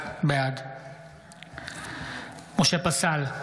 בעד משה פסל,